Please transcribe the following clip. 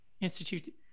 institute